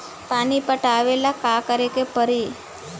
पानी पटावेला का करे के परी?